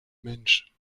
mensch